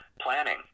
planning